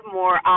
more